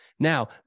Now